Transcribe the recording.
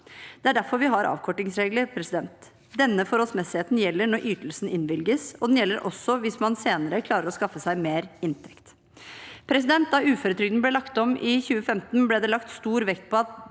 Det er derfor vi har avkortingsregler. Denne forholdsmessigheten gjelder når ytelsen innvilges, og den gjelder også hvis man senere klarer å skaffe seg mer inntekt. Da uføretrygden ble lagt om i 2015, ble det lagt stor vekt på at